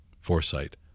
foresight